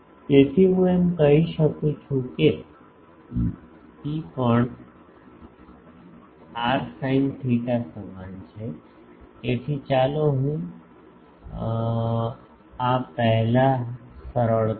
તેથી હું એમ કહી શકું છું કે ρ પણ r sin theta સમાન છે તેથી ચાલો હું આ પહેલા સરળ કરું